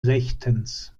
rechtens